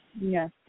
Yes